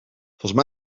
volgens